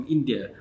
India